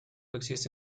existe